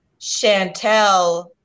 Chantel